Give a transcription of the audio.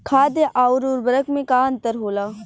खाद्य आउर उर्वरक में का अंतर होला?